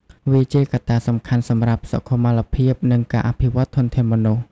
វាជាកត្តាសំខាន់សម្រាប់សុខុមាលភាពនិងការអភិវឌ្ឍធនធានមនុស្ស។